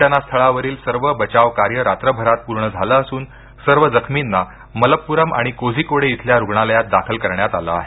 घटनास्थळांवरील सर्व बचाव कार्य रात्रभरात पूर्ण झालं असून सर्व जखमींना मलप्पूरम आणि कोझिकोडे इथल्या रुग्णालयात दाखल करण्यात आलं आहे